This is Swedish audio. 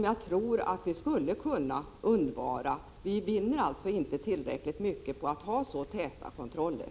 Jag tror att vi skulle kunna undvara en del av detta — vi vinner inte tillräckligt mycket på att ha så täta kontroller.